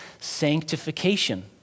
sanctification